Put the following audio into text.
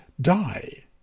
die